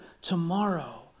tomorrow